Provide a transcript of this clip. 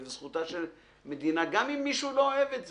וזו זכותה של מדינה גם אם מישהו לא אוהב את זה.